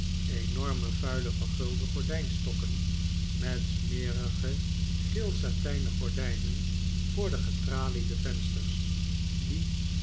enorme vuile vergulde gordijnstokken met smerige geelsatijnen gordijnen voor de getraliede vensters die